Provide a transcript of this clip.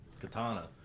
katana